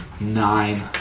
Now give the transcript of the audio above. nine